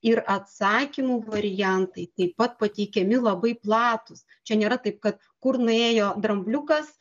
ir atsakymų variantai taip pat pateikiami labai platūs čia nėra taip kad kur nuėjo drambliukas